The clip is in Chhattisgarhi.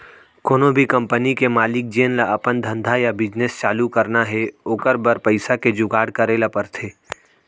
कोनो भी कंपनी के मालिक जेन ल अपन धंधा या बिजनेस चालू करना हे ओकर बर पइसा के जुगाड़ करे ल परथे